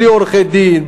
בלי עורכי-דין,